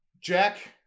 Jack